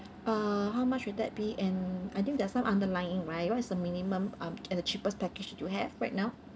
uh how much would that be and I think there are some underlying right what's the minimum um and the cheapest package you have right now